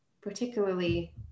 particularly